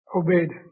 obeyed